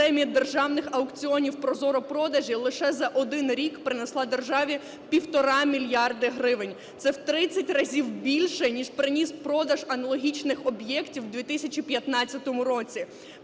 системі державних аукціонів "Прозоро-продажі" лише за один рік принесла державі півтора мільярди гривень. Це в 30 разів більше, ніж приніс продаж аналогічних об'єктів у 2015 році.